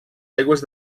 aigües